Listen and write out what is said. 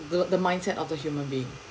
the the mindset of the human being